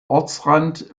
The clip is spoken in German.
ortsrand